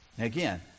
again